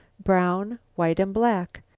brown, white and black.